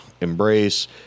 embrace